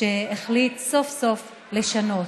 שהחליט סוף-סוף לשנות.